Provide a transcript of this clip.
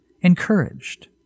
encouraged